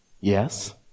Yes